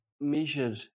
measured